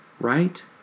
right